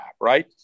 right